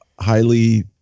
highly